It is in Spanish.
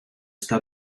está